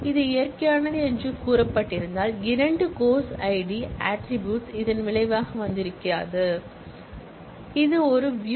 இது இயற்கையானது என்று கூறப்பட்டிருந்தால் இரண்டாவது கோர்ஸ் ஐடி ஆட்ரிபூட்ஸ் இதன் விளைவாக வந்திருக்காது இது ஒருவியூ